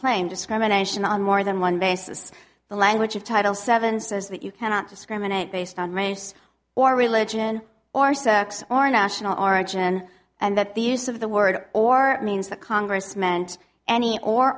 claim discrimination on more than one basis the language of title seven says that you cannot discriminate based on race or religion or sex or national origin and that the use of the word or means the congress meant any or